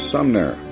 Sumner